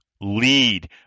Lead